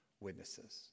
witnesses